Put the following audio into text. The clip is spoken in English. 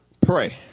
Pray